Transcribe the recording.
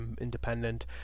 independent